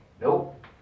Nope